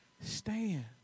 Stand